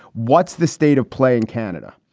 what's the state of play in canada?